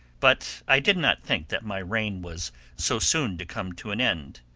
but i did not think that my reign was so soon to come to an end.